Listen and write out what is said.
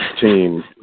team